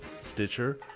Stitcher